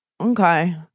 Okay